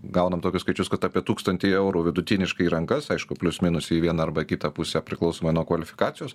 gaunam tokius skaičius kad apie tūkstantį eurų vidutiniškai į rankas aišku plius minus į vieną arba kitą pusę priklausomai nuo kvalifikacijos